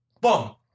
Boom